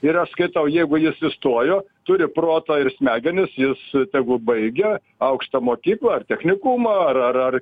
ir aš skaitau jeigu jis įstojo turi proto ir smegenis jis tegu baigia aukštą mokyklą ar technikumą ar